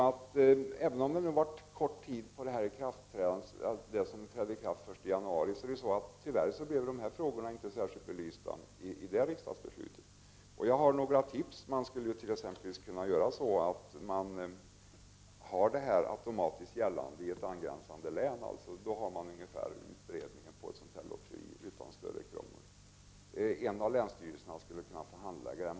Det har visserligen gått kort tid sedan ikraftträdandet den 1 januari, men jag tycker att de här frågorna inte blev särskilt belysta i riksdagsbeslutet. Jag har några tips. Man skulle exempelvis kunna göra så att detta blir automatiskt gällande i ett angränsande län. Då kan beredningen av ett sådant lotteri ske utan större krångel. En av länsstyrelserna skall kunna handlägga ärendet.